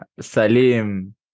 salim